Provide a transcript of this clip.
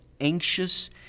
anxious